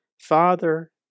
Father